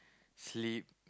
sleep